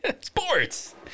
sports